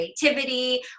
creativity